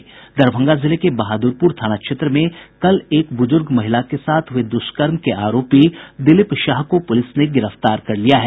दरभंगा जिले के बहादुरपुर थाना क्षेत्र में कल एक बुज़ुर्ग महिला के साथ हुए दुष्कर्म के आरोपी दिलीप शाह को पुलिस ने गिरफ्तार कर लिया है